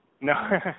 No